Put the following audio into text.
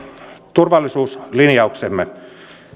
turvallisuuslinjauksemme